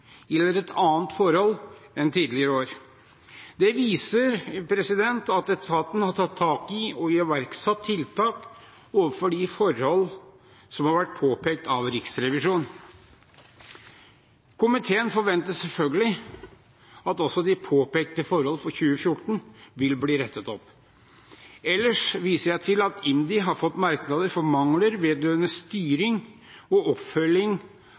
gjelder et annet forhold enn tidligere år. Det viser at etaten har tatt tak i og iverksatt tiltak overfor de forhold som har vært påpekt av Riksrevisjonen. Komiteen forventer selvfølgelig at også de påpekte forhold for 2014 vil bli rettet opp. Ellers viser jeg til at IMDi har fått merknader for mangler vedrørende styring og oppfølging